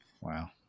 Wow